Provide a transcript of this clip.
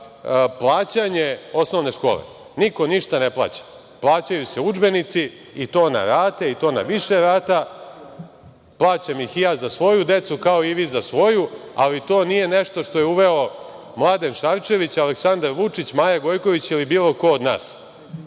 plaćanje osnovne škole. Niko ništa ne plaća. Plaćaju se udžbenici i to na rate, i to na više rata, plaćam ih i ja za svoju decu, kao i vi za svoju, ali to nije nešto što je uveo Mladen Šarčević, Aleksandar Vučić, Maja Gojković ili bilo ko od nas.